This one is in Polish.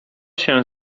się